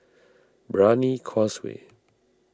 Brani Causeway